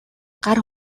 гар